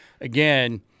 Again